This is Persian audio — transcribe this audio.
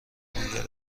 دیگر